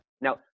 Now